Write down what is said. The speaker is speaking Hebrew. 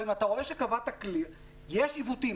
אם אתה רואה שקבעת כלי, יש עיוותים.